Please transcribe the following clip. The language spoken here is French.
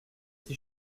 tee